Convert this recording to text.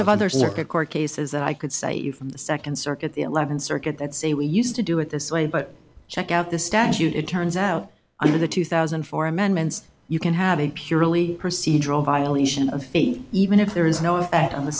of other circuit court cases that i could cite you from the second circuit the eleventh circuit that say we used to do it this way but check out the statute it turns out under the two thousand and four amendments you can have a purely procedural violation of faith even if there is no at on the